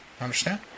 Understand